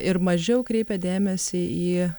ir mažiau kreipia dėmesį į